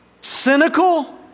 Cynical